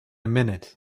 minute